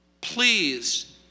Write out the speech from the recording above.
Please